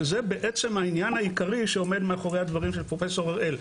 שזה העניין העיקרי שעומד מאחורי הדברים של פרופ' הראל.